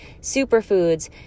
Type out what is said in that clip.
superfoods